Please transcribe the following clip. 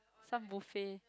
some buffet